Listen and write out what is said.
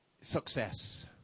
success